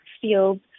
fields